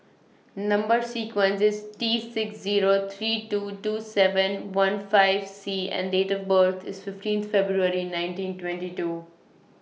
Number sequence IS T six Zero three two two seven one five C and Date of birth IS fifteenth February nineteen twenty two